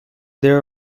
there